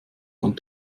von